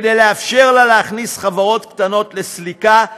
כדי לאפשר לה להכניס חברות קטנות לסליקה,